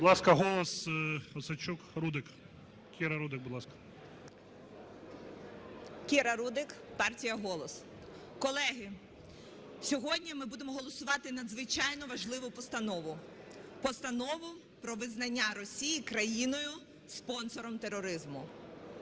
Будь ласка, "Голос", Осадчук. Рудик. Кіра Рудик, будь ласка. 12:38:52 РУДИК К.О. Кіра Рудик, партія "Голос". Колеги, сьогодні ми будемо голосувати надзвичайно важливу постанову – постанову про визнання Росії країною -спонсором тероризму.